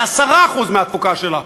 ב-10% מהתפוקה שלה.